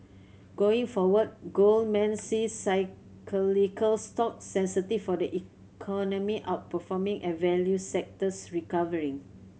going forward Goldman sees cyclical stocks sensitive for the economy outperforming and value sectors recovering